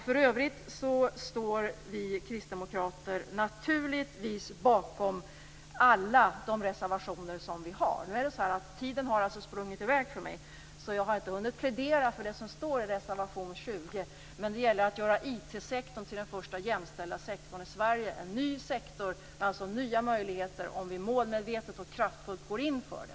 För övrigt står vi kristdemokrater naturligtvis bakom alla reservationer som vi har avgivit. Tiden har sprungit i väg för mig, så jag har inte hunnit att plädera för det som står i reservation nr 20, men det gäller att göra IT-sektorn till den första jämställda sektorn i Sverige, en ny sektor med nya möjligheter om vi målmedvetet och kraftfullt går in för det.